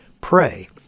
Pray